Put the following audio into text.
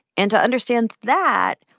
and to understand that,